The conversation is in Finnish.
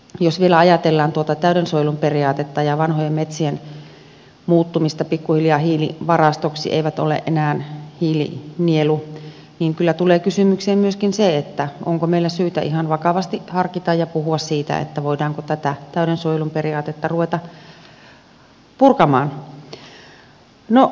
jos vielä ajatellaan tuota täyden suojelun periaatetta ja vanhojen metsien muuttumista pikkuhiljaa hiilivarastoksi eivät ole enää hiilinielu niin kyllä tulee kysymykseen myöskin se onko meillä syytä ihan vakavasti harkita ja puhua siitä voidaanko tätä täyden suojelun periaatetta ruveta purkamaan